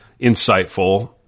insightful